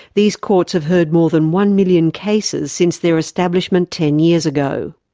these courts have heard more than one million cases since their establishment ten years ago.